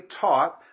taught